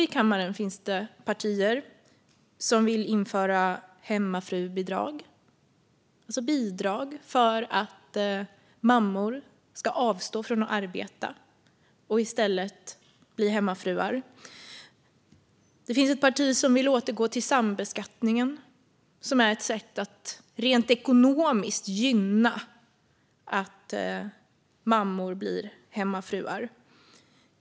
I kammaren finns det partier som vill införa hemmafrubidrag, alltså bidrag för att mammor ska avstå från att arbeta och i stället bli hemmafruar. Det finns ett parti som vill återgå till sambeskattningen, som är ett sätt att rent ekonomiskt gynna att mammor blir hemmafruar.